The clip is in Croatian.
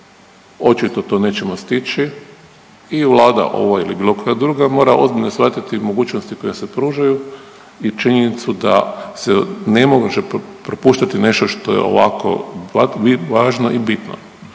Očito to nećemo stići i Vlada ova ili bilo koja druga mora ozbiljno shvatiti mogućnosti koje se pružaju i činjenicu da se ne može propuštati nešto što je ovako važno i bitno.